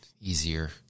easier